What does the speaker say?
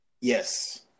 Yes